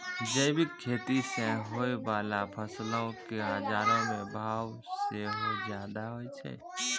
जैविक खेती से होय बाला फसलो के बजारो मे भाव सेहो ज्यादा होय छै